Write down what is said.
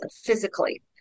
physically